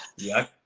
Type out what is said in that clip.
yeah,